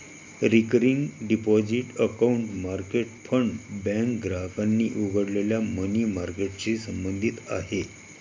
recurring deposit account market fund bank ग्राहकांनी उघडलेल्या money मार्केटशी संबंधित आहे